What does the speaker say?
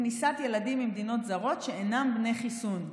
כניסת ילדים ממדינות זרות שאינם בני חיסון.